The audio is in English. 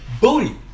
Booty